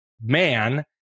man